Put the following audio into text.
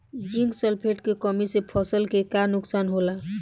Zinc sulphate के कमी से फसल के का नुकसान होला?